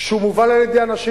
שמובל על-ידי אנשים?